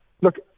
look